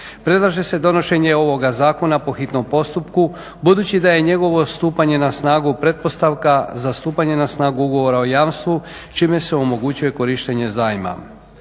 Predlaže se donošenje ovoga zakona po hitnom postupku, budući da je njegovo stupanje na snagu pretpostavka za stupanje na snagu ugovora o jamstvu čime se omogućuje korištenje zajma.